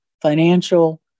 financial